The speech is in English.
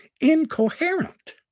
incoherent